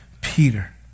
Peter